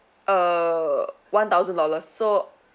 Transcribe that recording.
err one thousand dollars so